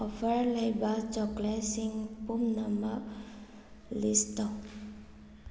offer ꯂꯩꯕ ꯆꯣꯀ꯭ꯂꯦꯠꯁꯤꯡ ꯄꯨꯝꯅꯃꯛ ꯂꯤꯁ ꯇꯧ